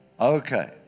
Okay